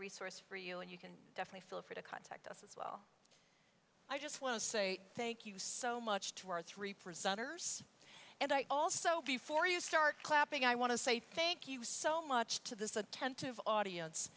resource for you and you can definitely feel free to contact us as well i just want to say thank you so much to our three percent and i also before you start clapping i want to say thank you so much to this attentive audience